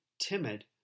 timid